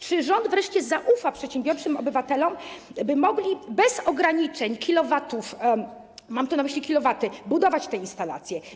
Czy rząd wreszcie zaufa przedsiębiorczym obywatelom, by mogli bez ograniczeń w ilości kilowatów - mam tu na myśli kilowaty - budować te instalacje?